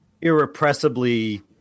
irrepressibly